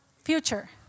Future